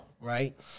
Right